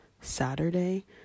Saturday